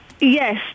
Yes